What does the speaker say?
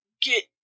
get